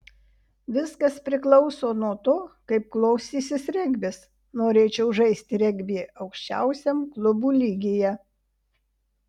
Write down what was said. viskas priklauso nuo to kaip klostysis regbis norėčiau žaisti regbį aukščiausiam klubų lygyje